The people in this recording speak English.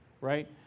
right